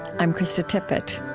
i'm krista tippett